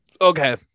Okay